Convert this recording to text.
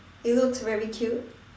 it looks very cute